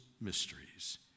mysteries